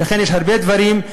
יש הרבה דברים.